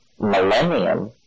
millennium